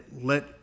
let